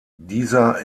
dieser